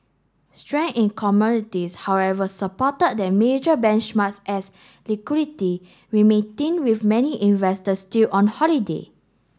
strength in commodities however supported the major benchmarks as liquidity remained thin with many investors still on holiday